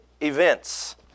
events